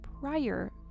prior